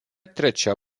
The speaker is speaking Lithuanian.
trečia